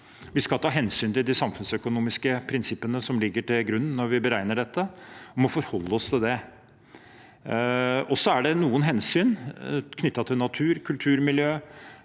Vi skal ta hensyn til de samfunnsøkonomiske prinsippene som ligger til grunn når vi beregner dette. Vi må forholde oss til det. Det er noen hensyn knyttet til natur, kulturmiljø